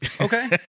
Okay